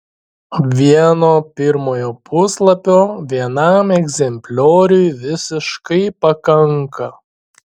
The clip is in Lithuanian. vieno pirmojo puslapio vienam egzemplioriui visiškai pakanka